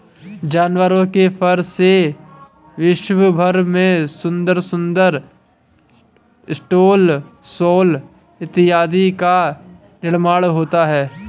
जानवरों के फर से विश्व भर में सुंदर सुंदर स्टॉल शॉल इत्यादि का निर्माण होता है